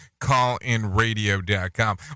Callinradio.com